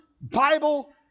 Bible